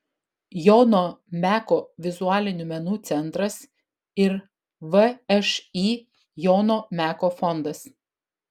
jono meko vizualinių menų centras ir všį jono meko fondas